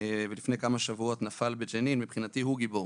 ולפני כמה שבועות נפל בג'נין מבחינתי הוא גיבור.